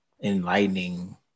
enlightening